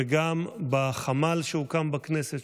וגם בחמ"ל שהוקם בכנסת,